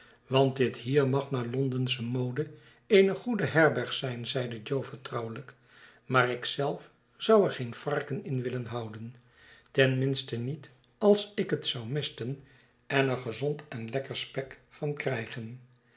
want dit hier mag naar londensche mode eene goede herberg zijn zeide jo vertrouwelijk maar ik zelf zou er geen varken in willen houden ten minste niet als ik het wou mesten en er gezond en lekker spek van krygen